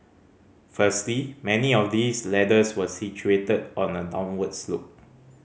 firstly many of these ladders were situated on a downward slope